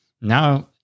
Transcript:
Now